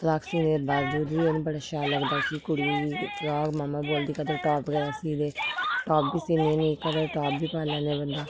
frock सीने दे बावजूद बी उन्नै बड़ा शैल लगदा उस्सी कुड़ियै गी फ्राक मम्मा बोलदी कदें टाप बगैरा सी दे टाप बी सीन्नी होन्नीं कदें टाप बी पाई लैंदे बंदा